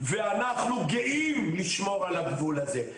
ואנחנו גאים לשמור על הגבול הזה,